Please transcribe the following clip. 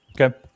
Okay